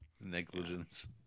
negligence